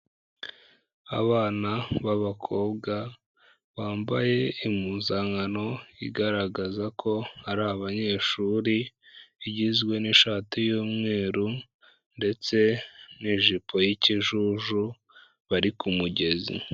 Abana b'abakobwa, bambaye impuzankano igaragaza ko ari abanyeshuri, igizwe n'ishati y'umweru ndetse n'ijipo y'ikijuju, bari ku mugezi.